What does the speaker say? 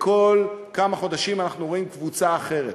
וכל כמה חודשים אנחנו רואים קבוצה אחרת,